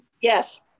Yes